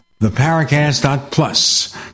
theparacast.plus